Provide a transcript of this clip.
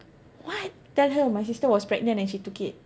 what tell her my sister was pregnant and she took it